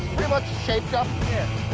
pretty much shaped up. yeah.